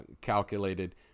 calculated